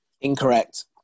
Incorrect